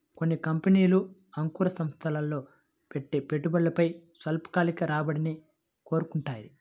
కొన్ని కంపెనీలు అంకుర సంస్థల్లో పెట్టే పెట్టుబడిపై స్వల్పకాలిక రాబడిని కోరుకుంటాయి